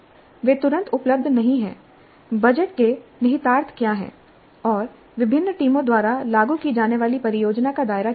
वे तुरंत उपलब्ध नहीं हैं बजट के निहितार्थ क्या हैं और विभिन्न टीमों द्वारा लागू की जाने वाली परियोजना का दायरा क्या होगा